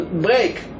break